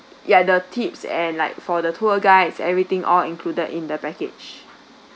ya the tips and like for the tour guides everything all included in the package